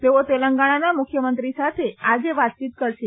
તેઓ તેલંગણાના મુખ્યમંત્રી સાથે આજે વાતચીત કરશે